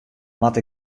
moat